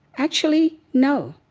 actually, no,